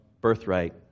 birthright